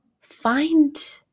find